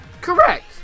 Correct